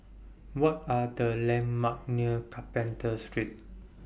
What Are The landmarks near Carpenter Street